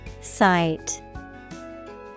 Sight